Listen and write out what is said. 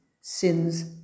sins